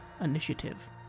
initiative